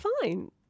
fine